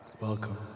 Welcome